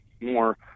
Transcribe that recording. more